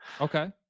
Okay